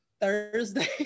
Thursday